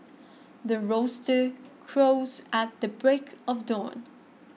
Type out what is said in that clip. the roaster crows at the break of dawn